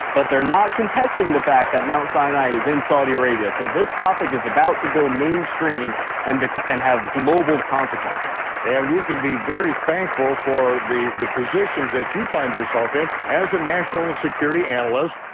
but they're not contesting the fact that mount sinai is in saudi arabia, so this topic is about to go mainstream and and have global consequences. and we can be very thankful for the the positions that you find yourself in as a national security analyst.